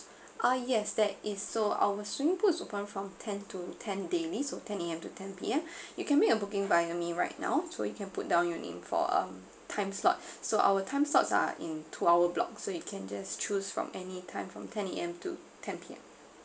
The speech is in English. uh yes that is so our swimming pool is open from ten to ten daily so ten A_M to ten P_M you can make a booking by me right now so you can put down your name for um time slot so our time slots are in two hour block so you can just choose from any time from ten A_M to ten P_M